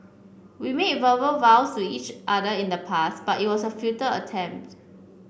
we made verbal vows to each other in the past but it was a futile attempt